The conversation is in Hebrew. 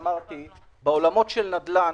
בעולמות של נדל"ן